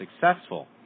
successful